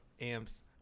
Amp's